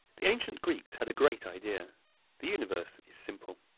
the ancient greeks had a great idea the universe is simple.